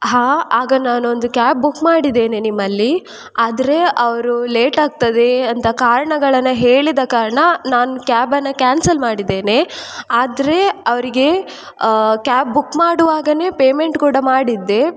ಹಾಂ ಆಗ ನಾನೊಂದು ಕ್ಯಾಬ್ ಬುಕ್ ಮಾಡಿದ್ದೇನೆ ನಿಮ್ಮಲ್ಲಿ ಆದರೆ ಅವರು ಲೇಟ್ ಆಗ್ತದೆ ಅಂತ ಕಾರಣಗಳನ್ನ ಹೇಳಿದ ಕಾರಣ ನಾನು ಕ್ಯಾಬನ್ನು ಕ್ಯಾನ್ಸಲ್ ಮಾಡಿದ್ದೇನೆ ಆದರೆ ಅವರಿಗೆ ಕ್ಯಾಬ್ ಬುಕ್ ಮಾಡುವಾಗಲೇ ಪೇಮೆಂಟ್ ಕೂಡ ಮಾಡಿದ್ದೆ